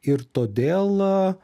ir todėl